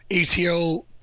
ATO